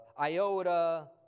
iota